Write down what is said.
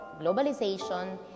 globalization